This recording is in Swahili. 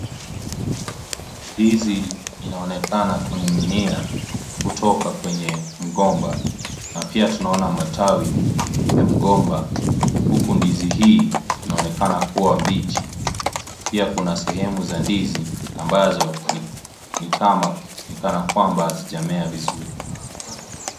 Ndizi inaonekana kuninginia kutoka kwenye mgomba na pia tunaona matawi ya mgomba huku ndizi hii inaonekana kuwa mbichi. Pia kuna sehemu za ndizi ambazo ni kana kwamba hazijamea vizuri.